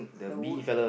the wood